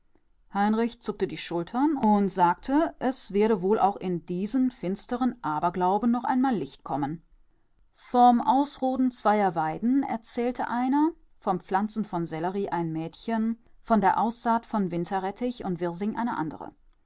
heinrich zuckte die schultern und sagte es werde wohl auch in diesen finsteren aberglauben noch einmal licht kommen vom ausroden zweier weiden erzählte einer vom pflanzen von sellerie ein mädchen von der aussaat von winterrettich und wirsing eine andere